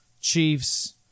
Chiefs